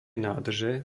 nádrže